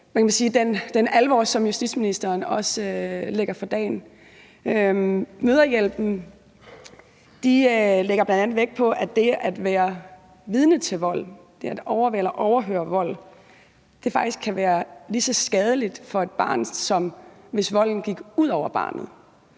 den alvor, som justitsministeren lægger for dagen. Mødrehjælpen lægger bl.a. vægt på, at det at være vidne til vold, altså det at overvære eller overhøre vold, faktisk kan være lige så skadeligt for et barn, som hvis volden gik ud over barnet.